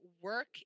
work